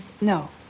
No